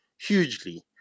hugely